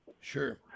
Sure